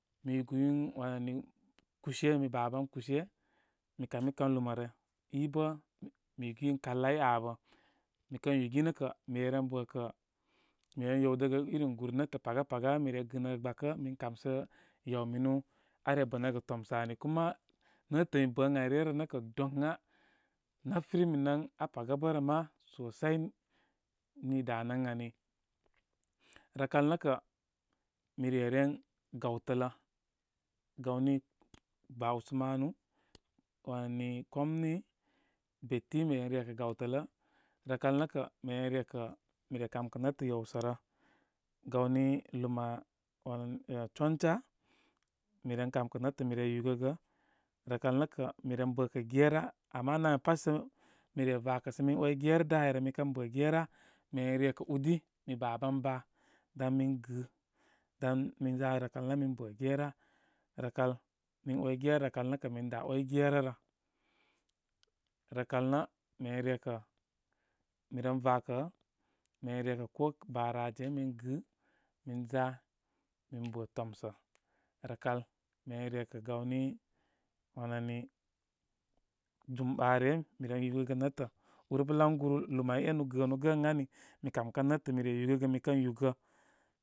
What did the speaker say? Mi yugəyun wani kushe, mi baban kushe, mi kami kan lumarə. i bə' mi yugiyun kalai aa abə. Mi kə yilgi nə kə', mi re ren bəkə', mire ren yedəgə irim gūr netə' paga pa mi re gɨnəgə gbakə' min kamsə yaw minu are bə nə gə tomsə' ani. Kuma netətə mi bə ən ari ryə rə nə' kə' doŋa na firi mi nan apagə bə' rə mā. sosai, ni danə ən ani, rəkal nə' kə' mi reren gaw tələ gawni bausmanu, wani komni, beti mi ren rekə' gawtəl lə. Rəkal nə' kə' mi ren rekə' mi re kamkə netə yewsə rə gawni luma wan eh choncha, mi ren kamkə nebartə' i re yūgə'gə. Rəkal nə lə mi ren bə kə guma ama naya pd jua an re reid mi wəy yela dou aynə. Mukan mə gwal mi ren rekə ndi, di mi aban ban ɓan ni gɨ nan mi zu ke' lu nə min bio gesuo bəkal min 'way gera, rekal nə kə min dā 'way gora rə. Rahal nə mi ren re ka mi ren rakə' miren rekəl, bunafe min gə. Min za min ba tomsə'. Rəkal mi ren rokə nawni wan ani jumɓare, mi ren yugəgə netə. Urban laŋguru lumai e'nu gəən gəən ani. Mi kamkan ne'tə' mi re yugəgə. Mi kə yugə.